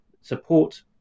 support